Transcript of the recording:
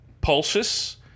pulses